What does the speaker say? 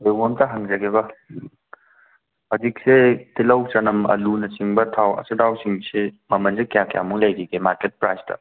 ꯀꯩꯒꯨꯝꯕ ꯑꯝꯇ ꯍꯪꯖꯒꯦꯕ ꯍꯧꯖꯤꯛꯁꯦ ꯇꯤꯂꯧ ꯆꯅꯝ ꯑꯂꯨꯅꯆꯤꯡꯕ ꯊꯥꯎ ꯑꯆꯥꯊꯥꯎꯁꯤꯡꯁꯦ ꯃꯃꯟꯁꯦ ꯀꯌꯥ ꯀꯌꯥꯃꯨꯛ ꯂꯩꯔꯤꯒꯦ ꯃꯥꯔꯀꯦꯠ ꯄ꯭ꯔꯥꯏꯖꯇ